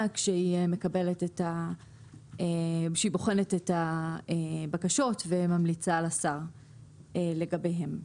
כשהיא בוחנת את הבקשות וממליצה לשר לגביהן.